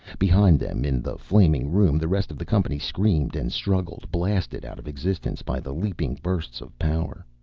behind them, in the flaming room, the rest of the company screamed and struggled, blasted out of existence by the leaping bursts of power.